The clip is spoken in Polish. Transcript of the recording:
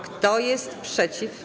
Kto jest przeciw?